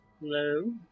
Hello